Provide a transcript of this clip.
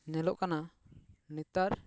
ᱧᱮᱞᱚᱜ ᱠᱟᱱᱟ ᱱᱮᱛᱟᱨ